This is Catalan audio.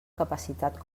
capacitat